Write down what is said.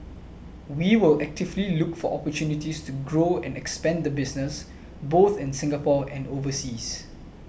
we will actively look for opportunities to grow and expand the business both in Singapore and overseas